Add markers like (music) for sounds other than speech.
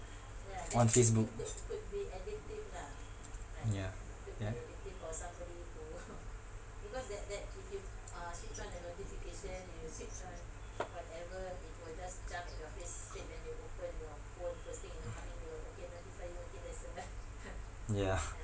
on Facebook yeah yeah yeah (laughs)